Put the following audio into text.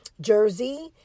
Jersey